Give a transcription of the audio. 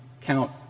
count